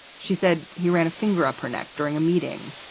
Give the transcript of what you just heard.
she said he ran a finger up her neck during a meeting,